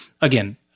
again